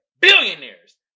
billionaires